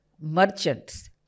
merchants